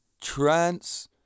trance